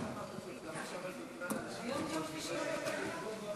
ההצעה להעביר את הצעת חוק הבנקאות (רישוי)